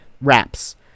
wraps